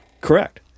Correct